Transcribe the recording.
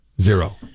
Zero